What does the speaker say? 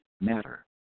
matter